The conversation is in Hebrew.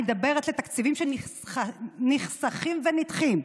אני מדברת על תקציבים שנחסכים ונדחים,